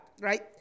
right